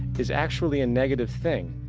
is actually a negative thing.